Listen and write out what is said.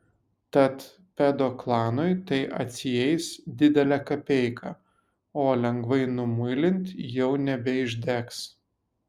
tad pedoklanui tai atsieis didelę kapeiką o lengvai numuilint jau nebeišdegs